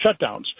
shutdowns